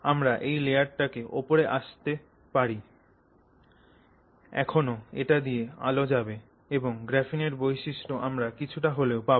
আমরা এই লেয়ারটাকে ওপরে বসাতে পারি এখনো এটা দিয়ে আলো যাবে এবং গ্রাফিনের বৈশিষ্ট্য আমরা কিছুটা হলেও পাবো